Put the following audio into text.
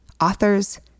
authors